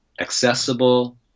accessible